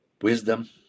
wisdom